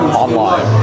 online